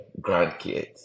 grandkids